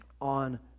on